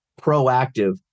proactive